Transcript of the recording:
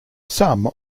some